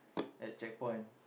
at checkpoint